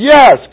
Yes